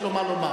יש לו מה לומר.